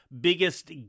biggest